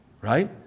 right